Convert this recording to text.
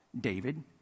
David